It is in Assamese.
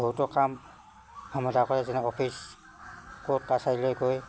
বহুতো কাম সমাধা কৰে যেনে অফিচ ক'ৰ্ট কাছাৰীলৈ গৈ